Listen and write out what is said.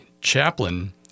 chaplain